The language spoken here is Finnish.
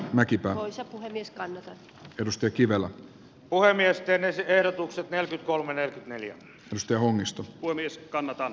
mäkipää noissa vieskan perusti kivelä puhemiesten ansioerotuksen eli kolme neljä otusta onnistu olis kannattanu